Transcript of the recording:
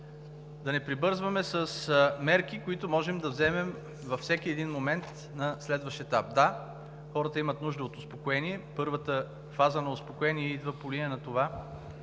да не прибързваме с мерки, които можем да вземем във всеки един момент на следващ етап. Да, хората имат нужда от успокоение. Първата фаза на успокоение идва по линия на това,